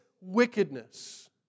wickedness